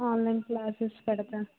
online classes పెడతా